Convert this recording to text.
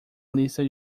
lista